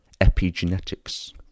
epigenetics